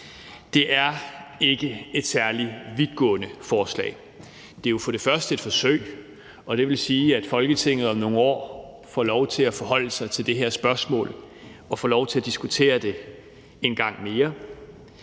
Det er ikke et særlig vidtgående forslag. Det er jo et forsøg, og det vil sige, at Folketinget om nogle år får lov til at forholde sig til det her spørgsmål og får lov til at diskutere det en gang mere.